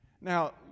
Now